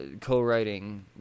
co-writing